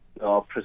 No